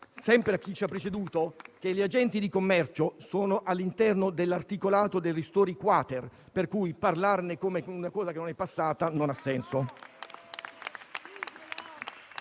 sempre a chi ci ha preceduto che le misure per gli agenti di commercio sono all'interno dell'articolato del ristori-*quater*, per cui parlarne come una cosa che non è passata non ha senso.